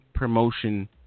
promotion